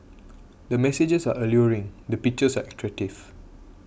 the messages are alluring the pictures are attractive